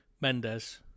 Mendes